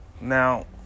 Now